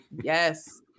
Yes